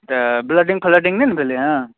तऽ ब्लडिंग फ्लडिंग नहि ने भेलै हँ